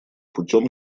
путем